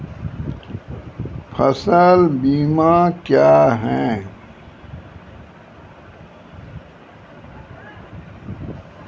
फसल बीमा क्या हैं?